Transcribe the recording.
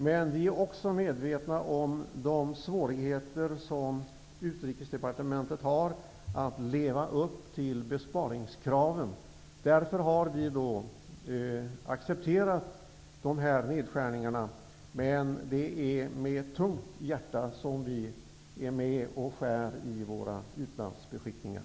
Men vi är också medvetna om de svårigheter som Utrikesdepartementet har när det gäller att leva upp till besparingskraven. Därför har vi accepterat nedskärningarna. Men det är med ett tungt hjärta som vi är med och skär i våra utlandsbeskickningar.